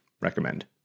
Recommend